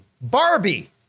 Barbie